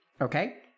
okay